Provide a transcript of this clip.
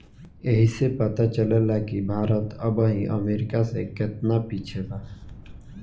ऐइसे पता चलेला कि भारत अबही अमेरीका से केतना पिछे बा